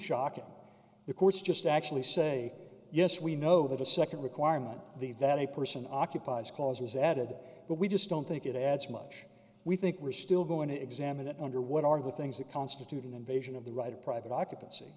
shocking the courts just actually say yes we know that a second requirement that a person occupies calls is added but we just don't think it adds much we think we're still going to examine it under what are the things that constitute an invasion of the right of private occupancy